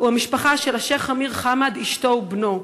הוא המשפחה של השיח' חמים בן חמד, אשתו ובנו.